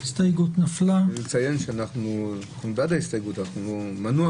הצבעה הסתייגות 13 לא אושרה.